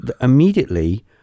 immediately